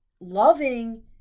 loving